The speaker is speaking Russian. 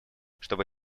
чтобы